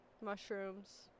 Mushrooms